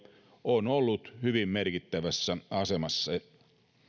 on ollut hyvin merkittävässä asemassa